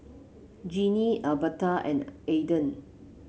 Jeanine Albertha and Aiden